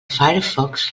firefox